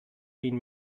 been